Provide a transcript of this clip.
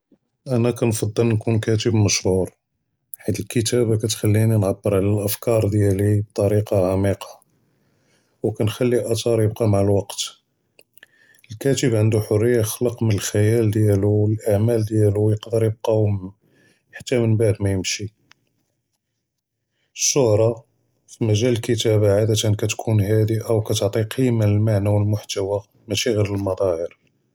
אני כנג׳בּל נكون כותב מכשורס חית אלכתאבה כיכּליני נבער עלא אפקאר דיאל ביטאריקה עמיقة וכנחלי אתר ייבקא מע אלווקט, אלכותב ענדו חירות יחלוק מן אלחיאל דיאלו אעמל דיאלו ימקין ייבקו חתה מןבעד מאימשי. אלשהרה פי מג’אל אלכתאבה גלבן כתכון חדיה ותעני קימא ללמעני ואלמוחתوى, מיש ג’י אלמاظ’הר.